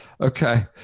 Okay